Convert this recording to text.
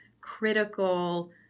critical